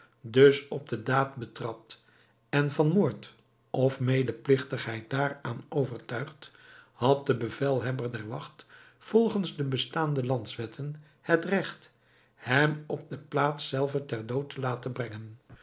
dus op de daad betrapt en van moord of medepligtigheid daaraan overtuigd had de bevelhebber der wacht volgens de bestaande landswetten het regt hem op de plaats zelve ter dood te laten brengen